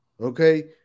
Okay